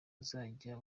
uzajya